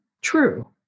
true